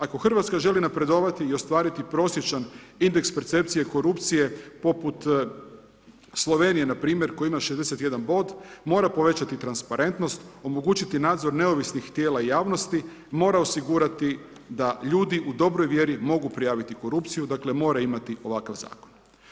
Ako Hrvatska želi napredovati i ostvariti prosječan indeks percepcije korupcije poput Slovenije npr. koja ima 61 bod, mora povećati transparentnost, omogućiti nadzor neovisnih tijela i javnosti, mora osigurati da ljudi u dobroj vjeri mogu prijaviti korupciju, dakle mora imati ovakav zakon.